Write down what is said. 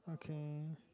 okay